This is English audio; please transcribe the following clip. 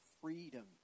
freedom